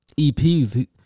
EPs